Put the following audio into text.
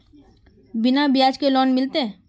बिना ब्याज के लोन मिलते?